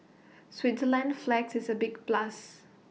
Switzerland's flag is A big plus